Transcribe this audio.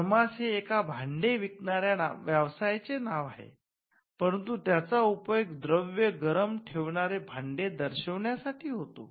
thermos हे एका भांडे विकणाऱ्या व्यवसायाचे नाव आहे परंतु त्याचा उपयोग द्रव्य गरम ठेवणारे भांडे दर्शवण्यासाठी होतो